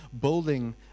building